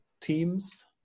teams